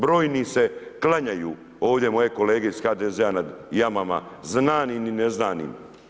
Brojni se klanjaju ovdje moji kolege iz HDZ-a nad jamama znanim i ne znanim.